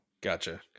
gotcha